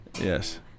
Yes